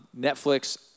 Netflix